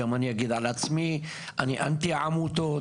ואני גם אגיד על עצמי שאני אנטי עמותות,